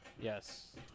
Yes